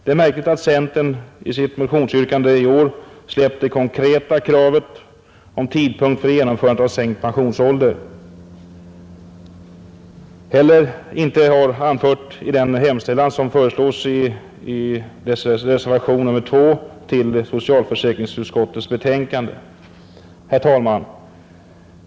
Det är märkligt att centern i sitt motionsyrkande i år släppt det konkreta kravet om tidpunkt för genomförandet av sänkt pensionsålder och inte heller har anfört det i den hemställan, som göres i reservation 2 till socialförsäkringsutskottets betänkande. Herr talman!